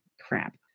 crap